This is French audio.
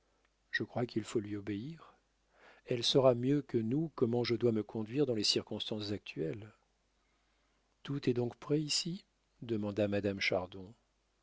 je crois qu'il faut lui obéir elle saura mieux que nous comment je dois me conduire dans les circonstances actuelles tout est donc prêt ici demanda madame chardon